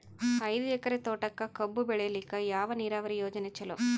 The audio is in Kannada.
ಐದು ಎಕರೆ ತೋಟಕ ಕಬ್ಬು ಬೆಳೆಯಲಿಕ ಯಾವ ನೀರಾವರಿ ಯೋಜನೆ ಚಲೋ?